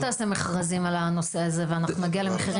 תעשה מכרזים על הנושא הזה ואנחנו נגיע למחירים יותר שפויים.